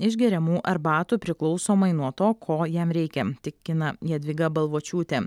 iš geriamų arbatų priklausomai nuo to ko jam reikia tikina jadvyga balvočiūtė